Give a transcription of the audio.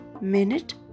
minute